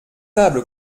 table